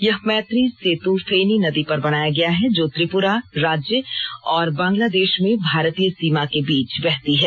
यह मैत्री सेतु फेनी नदी पर बनाया गया है जो त्रिपुरा राज्य और बंगलादेश में भारतीय सीमा के बीच बहती है